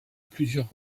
plusieurs